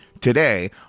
today